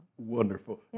Wonderful